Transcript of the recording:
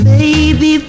Baby